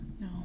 no